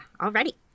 already